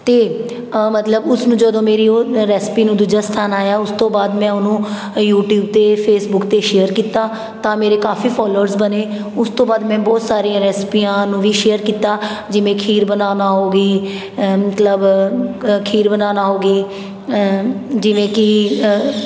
ਅਤੇ ਮਤਲਬ ਉਸਨੂੰ ਜਦੋਂ ਮੇਰੀ ਉਹ ਰੈਸਿਪੀ ਨੂੰ ਦੂਜਾ ਸਥਾਨ ਆਇਆ ਉਸ ਤੋਂ ਬਾਅਦ ਮੈਂ ਉਹਨੂੰ ਯੂਟਿਊਬ 'ਤੇ ਫੇਸਬੁੱਕ 'ਤੇ ਸ਼ੇਅਰ ਕੀਤਾ ਤਾਂ ਮੇਰੇ ਕਾਫੀ ਫੋਲੋਅਰਸ ਬਣੇ ਉਸ ਤੋਂ ਬਾਅਦ ਮੈਂ ਬਹੁਤ ਸਾਰੀਆਂ ਰੈਸੀਪੀਆਂ ਨੂੰ ਵੀ ਸ਼ੇਅਰ ਕੀਤਾ ਜਿਵੇਂ ਖੀਰ ਬਣਾਉਣਾ ਹੋ ਗਈ ਮਤਲਬ ਖੀਰ ਬਣਾਉਣਾ ਹੋ ਗਈ ਜਿਵੇਂ ਕਿ